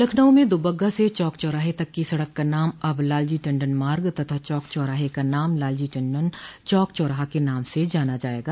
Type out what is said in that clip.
लखनऊ में दुबग्गा से चौक चौराहे तक की सड़क का नाम अब लालजी टंडन मार्ग तथा चौक चौराहे का नाम लालजी टंडन चौक चौराहा के नाम से जाना जायेगा